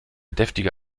deftige